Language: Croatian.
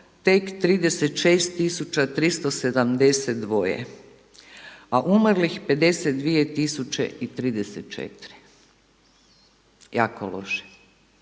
tek 36372, a umrlih 52034. Jako loše.